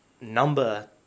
number